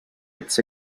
its